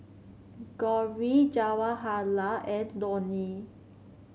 Gauri Jawaharlal and Dhoni